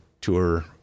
tour